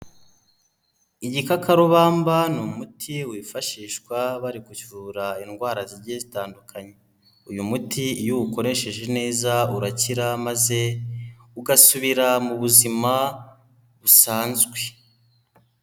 Igikakarubamba ni umuti wifashishwa bari kuvura indwara zigiye zitandukanye. Uyu muti iyo uwukoresheje neza urakira, maze ugasubira mu buzima busanzwe.